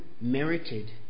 merited